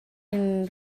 hin